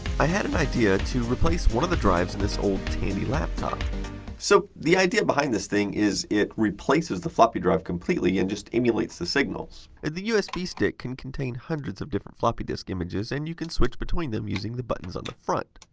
i had an idea to replace one of the drives in this old tandy laptop so, the idea behind this thing is it replaces the floppy drive completely and just emulates the signals. the usb stick can contain hundreds of different floppy disk images, and you can switch between them using the buttons on the front.